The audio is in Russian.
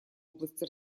области